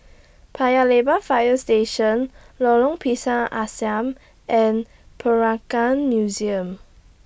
Paya Lebar Fire Station Lorong Pisang Asam and Peranakan Museum